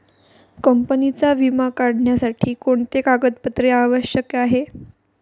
कंपनीचा विमा काढण्यासाठी कोणते कागदपत्रे आवश्यक आहे?